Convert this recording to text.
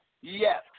Yes